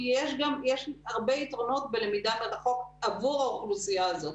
יש הרבה יתרונות בלמידה מרחוק עבור האוכלוסייה הזאת.